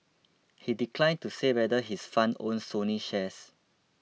he declined to say whether his fund owns Sony shares